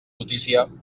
notícia